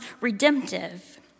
redemptive